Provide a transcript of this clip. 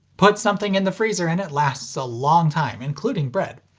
put something in the freezer and it lasts a long time, including bread.